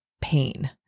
pain